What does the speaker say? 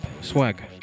swag